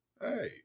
hey